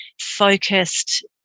focused